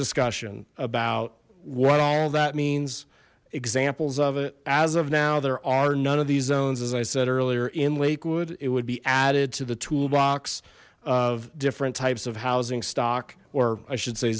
discussion about what all that means examples of it as of now there are none of these zones as i said earlier in lakewood it would be added to the toolbox of different types of housing stock or i should say